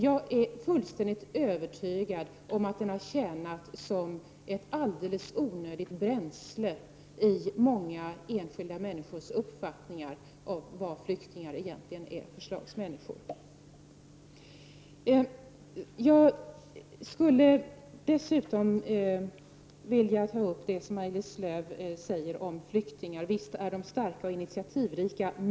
Jag är fullständigt övertygad om att sådant har tjänat som ett alldeles onödigt bränsle i många enskilda människors uppfattningar om vad för slags människor flyktingarna egentligen är. Jag skulle dessutom vilja ta upp det som Maj-Lis Lööw sade om flyktingar. Visst är de starka och initiativrika.